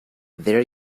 there